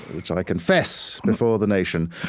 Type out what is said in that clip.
which i confess before the nation.